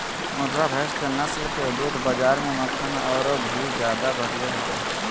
मुर्रा भैस के नस्ल के दूध बाज़ार में मक्खन औरो घी ज्यादा बढ़िया होबो हइ